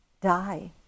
die